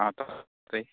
অঁ তাতেই